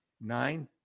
Nine